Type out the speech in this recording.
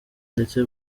ndetse